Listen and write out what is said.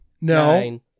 no